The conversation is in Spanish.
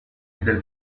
del